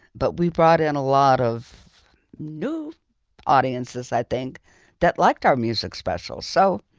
but we brought in a lot of new audiences. i think that liked our music special. so,